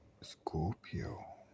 Scorpio